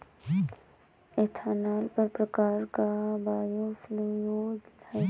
ethanol एक प्रकार का बायोफ्यूल है